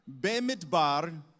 BeMidbar